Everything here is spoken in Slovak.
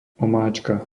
omáčka